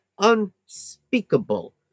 unspeakable